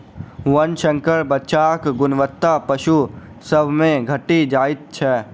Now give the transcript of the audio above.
वर्णशंकर बच्चाक गुणवत्ता पशु सभ मे घटि जाइत छै